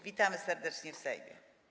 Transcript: Witamy serdecznie w Sejmie.